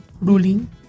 ruling